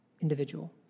individual